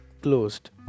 closed